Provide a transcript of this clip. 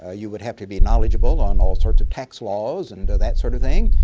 ah you would have to be knowledgeable on all sorts of tax laws and that sort of thing.